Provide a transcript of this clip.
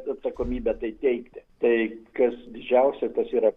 atsakomybe tai teigti tai kas didžiausia tas yra